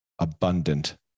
abundant